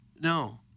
No